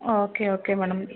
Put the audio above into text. okay okay madam